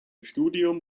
studium